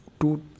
two